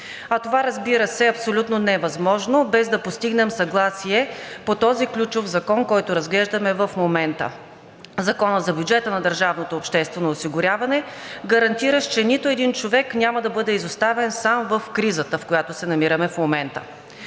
а това, разбира се, е абсолютно невъзможно, без да постигнем съгласие по този ключов закон, който разглеждаме в момента – Закона за бюджета на държавното обществено осигуряване, гарантиращ, че нито един човек няма да бъде изоставен сам в кризата, в която се намираме в момента.